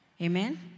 Amen